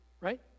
Right